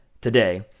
today